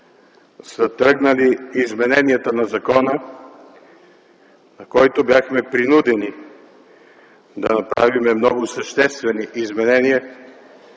са тръгнали измененията на закона, които бяхме принудени да направим, много съществени изменения,